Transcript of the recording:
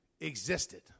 existed